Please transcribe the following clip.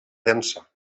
densa